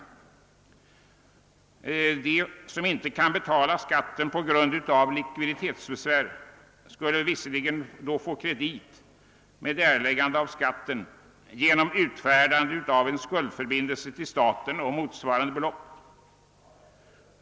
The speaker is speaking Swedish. De som inte kan betala skatten på grund av likviditetsbesvär skulle få kredit med erläggandet av skatten genom utfärdande av en skuldförbindelse till staten på motsvarande belopp.